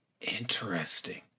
Interesting